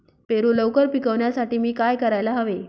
पेरू लवकर पिकवण्यासाठी मी काय करायला हवे?